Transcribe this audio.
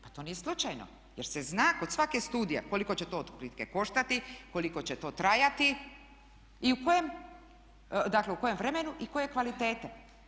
Pa to nije slučajno, jer se zna kod svake studije koliko će to otprilike koštati, koliko će to trajati i u kojem, dakle u kojem vremenu i koje kvalitete.